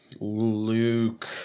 Luke